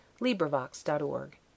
LibriVox.org